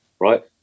Right